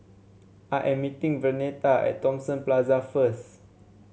I am meeting Vernetta at Thomson Plaza first